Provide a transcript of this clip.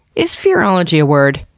is fearology a word?